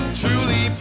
truly